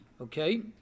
Okay